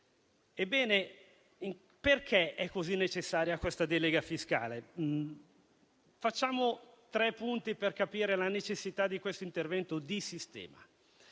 perché è così necessaria questa delega fiscale? Sono tre i punti che fanno capire la necessità di questo intervento di sistema.